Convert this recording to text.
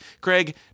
Craig